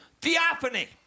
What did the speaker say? theophany